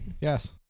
Yes